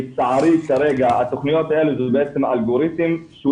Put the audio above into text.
לצערי כרגע התוכניות האלה זה בעצם אלגוריתם שהוא